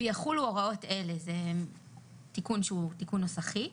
ויחולו הוראות אלה:" זה תיקון שהוא תיקון נוסחי.